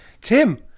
Tim